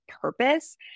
purpose